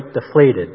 deflated